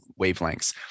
wavelengths